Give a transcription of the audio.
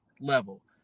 level